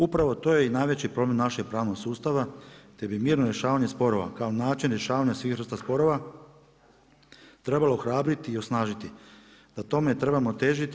Upravo to je i najveći problem našeg pravnog sustava te bi mirno rješavanje sporova kao način rješavanja svih vrsta sporova trebalo ohrabriti i osnažiti, da tome trebamo težiti.